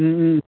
उम उम